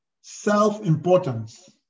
Self-importance